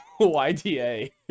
YTA